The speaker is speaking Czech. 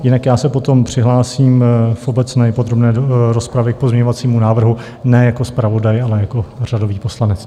Jinak já se potom přihlásím v obecné i podrobné rozpravě k pozměňovacímu návrhu ne jako zpravodaj, ale jako řadový poslanec.